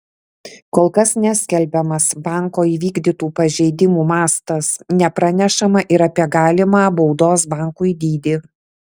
kol kas neskelbiamas banko įvykdytų pažeidimų mastas nepranešama ir apie galimą baudos bankui dydį